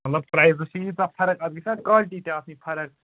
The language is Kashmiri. مطلب پرٛایزس چھِ ییٖژاہ فرق اَتھ گژھِ نا کالٹی تہِ آسٕنۍ فرق